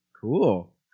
Cool